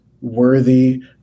worthy